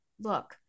look